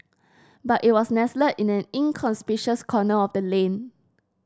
but it was nestled in an inconspicuous corner of the lane